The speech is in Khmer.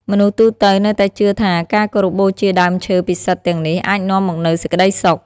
មនុស្សទូទៅនៅតែជឿថាការគោរពបូជាដើមឈើពិសិដ្ឋទាំងនេះអាចនាំមកនូវសេចក្តីសុខ។